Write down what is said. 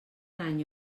any